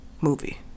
movie